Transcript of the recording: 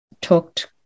talked